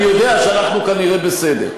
אני יודע שאנחנו כנראה בסדר.